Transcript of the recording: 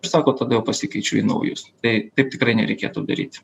ir sako tada jau pasikeičiu į naujus tai taip tikrai nereikėtų daryti